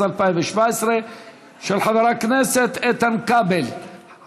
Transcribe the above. חוק ומשפט להכנתה לקריאה ראשונה.